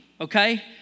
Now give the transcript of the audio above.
okay